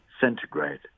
centigrade